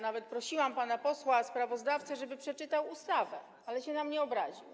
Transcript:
Nawet prosiłam pana posła sprawozdawcę, żeby przeczytał ustawę, ale się na mnie obraził.